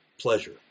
pleasure